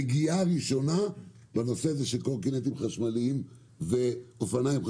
נגיעה ראשונה בנושא הקורקינטים והאופניים החשמליים,